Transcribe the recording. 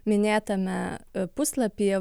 minėtame puslapyje